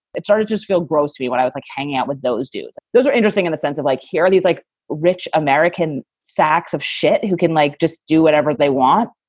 it's hard to just feel gross to me when i was like hanging out with those dudes. those are interesting in the sense of like hearing these like rich american sacks of shit who can like just do whatever they want.